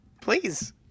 please